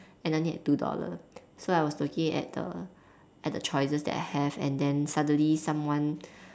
and I only had two dollar so I was looking at the at the choices that I have and then suddenly someone